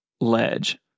ledge